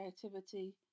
creativity